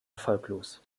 erfolglos